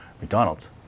McDonald's